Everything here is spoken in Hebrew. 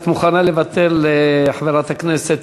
את מוכנה לוותר לחברת הכנסת?